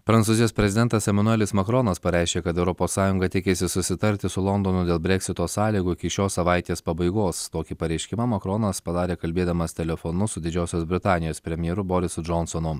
prancūzijos prezidentas emanuelis makronas pareiškė kad europos sąjunga tikisi susitarti su londonu dėl breksito sąlygų iki šios savaitės pabaigos tokį pareiškimą makronas padarė kalbėdamas telefonu su didžiosios britanijos premjeru borisu džonsonu